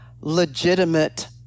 legitimate